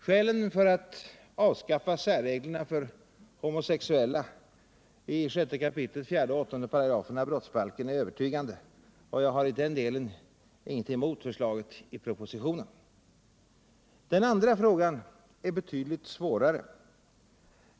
Skälen för att avskaffa särreglerna för homosexuella i 6 kap. 4 och 8 §§ brottsbalken är övertygande, och jag har i den delen ingenting emot förslaget i propositionen. Den andra frågan är betydligt svårare.